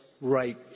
right